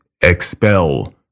expel